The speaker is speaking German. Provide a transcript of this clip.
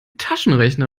taschenrechner